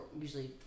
usually